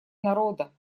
народа